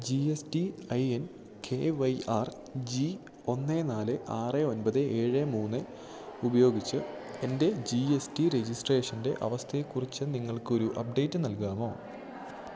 G S T I N K Y R G ഒന്ന് നാല് ആറ് ഒൻപത് ഏഴ് മൂന്ന് ഉപയോഗിച്ച് എൻ്റെ ജി എസ് ടി രജിസ്ട്രേഷൻ്റെ അവസ്ഥയെക്കുറിച്ച് നിങ്ങൾക്കൊരു അപ്ഡേറ്റ് നൽകാമോ